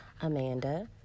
amanda